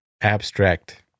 abstract